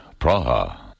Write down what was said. Praha